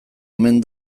omen